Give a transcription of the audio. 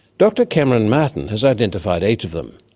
dr cameron martin has identified eight of them.